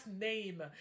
name